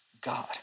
God